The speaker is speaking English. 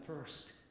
first